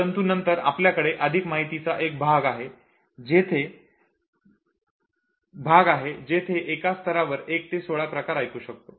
परंतु नंतर आपल्याकडे अधिक माहितीचा एक भाग आहे जेथे भाग आहे तेथे एकाच स्थरावर 1 ते 16 प्रकार ऐकू शकतो